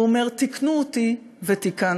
הוא אומר: תיקנו אותי ותיקנתי.